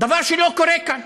דבר שלא קורה כאן.